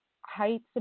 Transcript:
heights